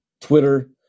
Twitter